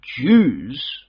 Jews